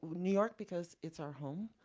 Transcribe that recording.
new york, because it's our home.